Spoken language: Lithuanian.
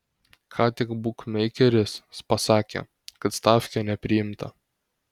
ką tik bukmeikeris pasakė kad stafkė nepriimta